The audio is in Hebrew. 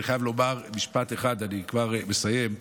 אני חייב לומר משפט אחד, ואני כבר מסיים.